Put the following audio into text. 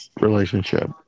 Relationship